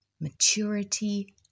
maturity